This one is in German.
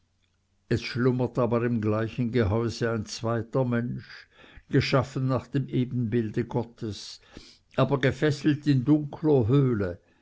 es schlummert aber im gleichen gehäuse ein zweiter mensch geschaffen nach dem ebenbilde gottes aber gefesselt in dunkler höhle